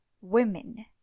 women